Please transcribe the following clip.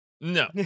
no